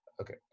Okay